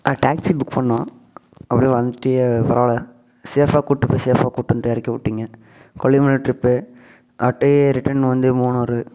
அண்ணா taxi book பண்ணணும் அப்படியே வந்துகிட்டு பரவால்லை ஷேஃபாக கூப்பிட்டு போய் ஷேஃபாக கூப்பிட்டு வந்துகிட்டு இறக்கி விட்டீங்க கொல்லிமலை ட்ரிப்பு அப்டி ரிட்டன் வந்து மூணாரு